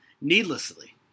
needlessly